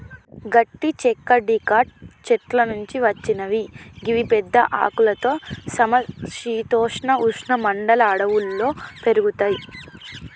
గట్టి చెక్క డికాట్ చెట్ల నుంచి వచ్చినవి గివి పెద్ద ఆకులతో సమ శీతోష్ణ ఉష్ణ మండల అడవుల్లో పెరుగుతయి